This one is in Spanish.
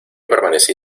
permanecí